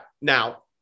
Now